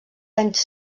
anys